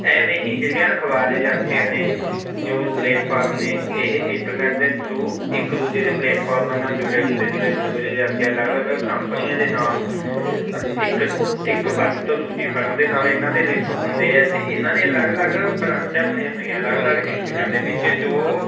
ਐਵੇਂ ਹੀ ਜਿਹੜੀਆਂ ਅਖਬਾਰ ਏਜੰਸੀਆਂ ਨੇ ਨਿਊਜ਼ ਪਲੇਟਫਾਰਮ ਨੇ ਇਹ ਇੰਟਰਨੈਟ ਦੇ ਥਰੂ ਇੱਕ ਦੂਜੇ ਦੇ ਪਲੇਟਫਾਰਮਾਂ ਨਾਲ ਜੁੜੇ ਹੁੰਦੇ ਜਿਵੇਂ ਨਿਊਜ਼ ਏਜੰਸੀਆਂ ਅਲੱਗ ਅਲੱਗ ਕੰਪਨੀਆਂ ਦੇ ਨਾਲ ਇੱਕ ਇੱਕ ਫਰਮ ਤੋਂ ਦੂਜੀ ਫਰਮ ਦੇ ਨਾਲ ਇਹਨਾਂ ਦੇ ਲਿੰਕ ਹੁੰਦੇ ਹੈ ਅਤੇ ਇਹਨਾਂ ਦੇ ਅਲੱਗ ਅਲੱਗ ਬਰਾਂਚਾਂ ਬਣੀਆਂ ਹੋਈਆਂ ਅਲੱਗ ਅਲੱਗ ਡਿਸਟਿਕਾਂ ਦੇ ਵਿੱਚ ਜੋ